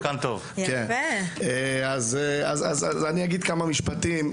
אז אני אגיד כמה משפטים,